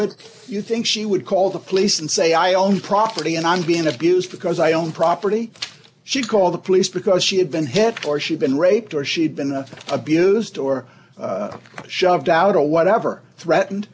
would you think she would call the police and say i own property and i'm being abused because i own property she called the police because she had been head or she'd been raped or she'd been abused or shoved out or whatever threatened